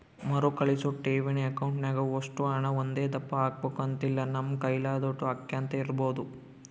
ಮರುಕಳಿಸೋ ಠೇವಣಿ ಅಕೌಂಟ್ನಾಗ ಒಷ್ಟು ಹಣ ಒಂದೇದಪ್ಪ ಹಾಕ್ಬಕು ಅಂತಿಲ್ಲ, ನಮ್ ಕೈಲಾದೋಟು ಹಾಕ್ಯಂತ ಇರ್ಬೋದು